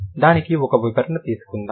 దానికి ఒక వివరణ తీసుకుందాం